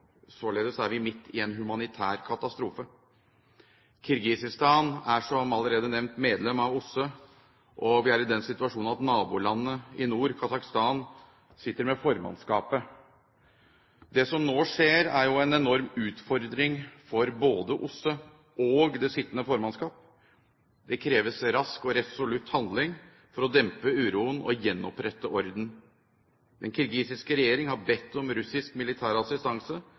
således er vi midt i en humanitær katastrofe. Kirgisistan er, som allerede nevnt, medlem av OSSE, og vi er i den situasjon at nabolandet i nord, Kasakhstan, sitter med formannskapet. Det som nå skjer, er jo en enorm utfordring, for både OSSE og det sittende formannskap. Det kreves rask og resolutt handling for å dempe uroen og gjenopprette orden. Den kirgisiske regjering har bedt om russisk militær assistanse,